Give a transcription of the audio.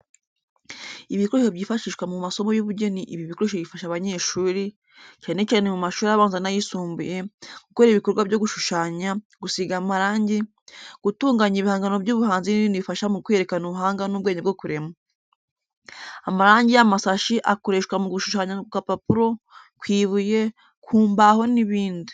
Ibikoresho byifashishwa mu masomo y’ubugeni ibi bikoresho bifasha abanyeshuri, cyane cyane mu mashuri abanza n’ayisumbuye, gukora ibikorwa byo gushushanya, gusiga amarangi, gutunganya ibihangano by’ubuhanzi n’ibindi bifasha mu kwerekana ubuhanga n’ubwenge bwo kurema. Amarangi y’amasashi akoreshwa mu gushushanya ku gapapuro, ku ibuye, ku mbaho n'ibindi.